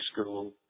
school